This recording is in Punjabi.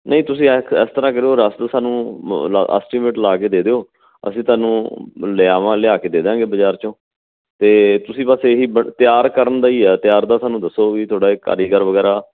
ਨਹੀਂ ਤੁਸੀਂ ਐਂ ਕ ਇਸ ਤਰਾਂ ਕਰੋ ਰੱਫ ਸਾਨੂੰ ਐਸਟੀਮੇਟ ਲਾ ਕੇ ਦੇ ਦਿਉ ਅਸੀਂ ਤੁਹਾਨੂੰ ਲਿਆਵਾਂ ਲਿਆ ਕੇ ਦੇ ਦਾਂਗੇ ਬਾਜ਼ਾਰ 'ਚੋਂ ਅਤੇ ਤੁਸੀਂ ਬਸ ਇਹੀ ਬ ਤਿਆਰ ਕਰਨ ਦਾ ਹੀ ਆ ਤਿਆਰ ਦਾ ਸਾਨੂੰ ਦੱਸੋ ਵੀ ਥੋੜ੍ਹਾ ਇਹ ਕਾਰੀਗਰ ਵਗੈਰਾ